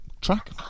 track